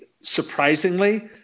surprisingly